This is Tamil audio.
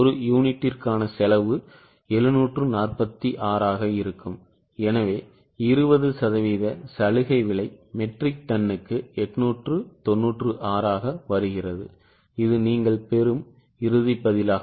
ஒரு யூனிட்டுக்கான செலவு 746 ஆக இருக்கும் எனவே 20 சதவீத சலுகை விலை மெட்ரிக் டன்னுக்கு 896 ஆக வருகிறது இது நீங்கள் பெறும் இறுதி பதில்